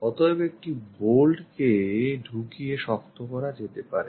অতএব হয়ত একটি বোল্ট কে ঢুকিয়ে শক্ত করা যেতে পারে